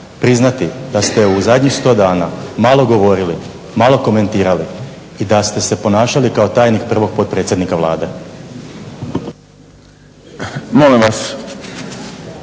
priznati da ste u zadnjih 100 dana malo govorili, malo komentirali i da ste se ponašali kao tajnik prvog potpredsjednika Vlade.